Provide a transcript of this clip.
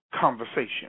conversation